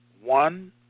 One